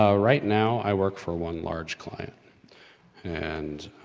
ah right now i work for one large client and